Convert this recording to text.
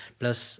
plus